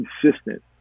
consistent